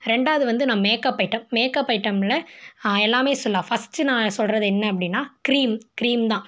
ரெண்டாவது வந்து நாம் மேக்கப் ஐட்டம் மேக்கப் ஐட்டமில் எல்லாம் சொல்லாம் ஃபர்ஸ்ட்டு நான் சொல்கிறது என்ன அப்படினா க்ரீம் க்ரீம் தான்